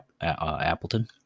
Appleton